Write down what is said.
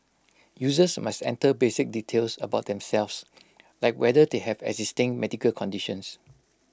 users must enter basic details about themselves like whether they have existing medical conditions